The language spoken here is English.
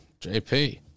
JP